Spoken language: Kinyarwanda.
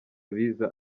biza